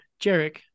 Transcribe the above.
Jarek